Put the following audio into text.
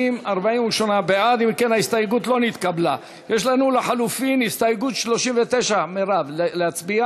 ההסתייגות של קבוצת סיעת מרצ,